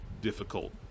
difficult